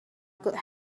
could